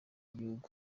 igihugu